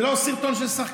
זה לא סרטון של שחקנים,